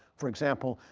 for example,